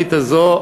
לתוכנית הזאת,